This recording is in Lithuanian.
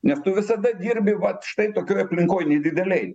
nes tu visada dirbi vat štai tokioj aplinkoj nedidelėj